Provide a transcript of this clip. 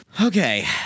Okay